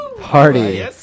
Party